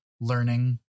learning